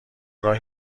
راه